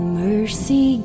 mercy